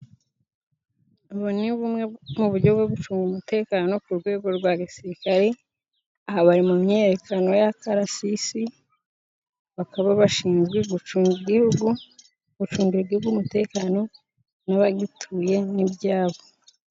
Ubu ni bumwe mu buryo bwo gucunga umutekano ku rwego rwa gisirikari. Aha bari mu myiyerekano y'akarasisi. Bakaba bashinzwe gucunga igihugu, gucungira igihugu umutekano, n'abagituye, n'ibyabo.